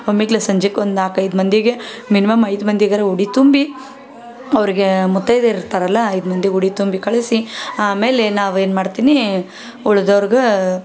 ಒಮ್ಮೆಗೇ ಸಂಜೆಗೆ ಒಂದು ನಾಲ್ಕು ಐದು ಮಂದಿಗೆ ಮಿನಿಮಮ್ ಐದು ಮಂದಿಗಾದ್ರು ಹುಡಿ ತುಂಬಿ ಅವ್ರಿಗೆ ಮುತ್ತೈದೆ ಇರ್ತಾರಲ್ಲ ಐದು ಮಂದಿ ಹುಡಿ ತುಂಬಿ ಕಳಿಸಿ ಆಮೇಲೆ ನಾವು ಏನು ಮಾಡ್ತೀನಿ ಉಳ್ದೋರ್ಗೆ